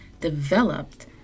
developed